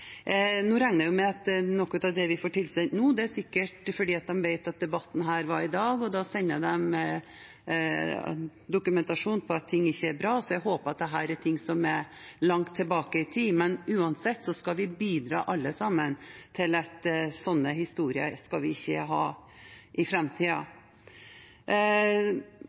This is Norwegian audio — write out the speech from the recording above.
regner med at noe av det vi får tilsendt nå, sikkert kommer fordi man vet at denne debatten skal være i dag, og at man da sender dokumentasjon om at ting ikke er bra. Så jeg håper at dette er ting som går langt tilbake i tid. Men uansett skal vi alle sammen bidra til at vi ikke får slike historier i